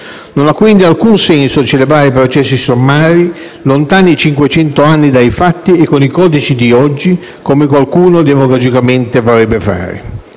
Non ha quindi alcun senso celebrare processi sommari, lontani cinquecento anni dai fatti e con i codici di oggi, come qualcuno demagogicamente vorrebbe fare.